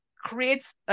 creates